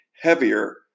heavier